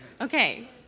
Okay